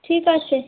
ঠিক আছে